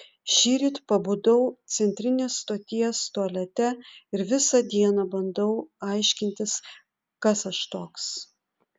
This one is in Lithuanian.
šįryt pabudau centrinės stoties tualete ir visą dieną bandau aiškintis kas aš toks